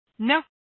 No